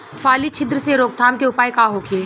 फली छिद्र से रोकथाम के उपाय का होखे?